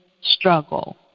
struggle